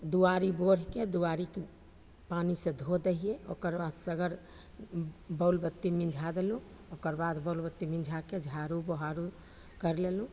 दुआरि बोहारिके दुआरिके पानीसे धो दै हिए ओकर बाद सगर बॉल बत्ती मिझा देलहुँ ओकर बाद बॉल बत्ती मिझाके झाड़ू बोहारू करि लेलहुँ